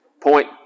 Point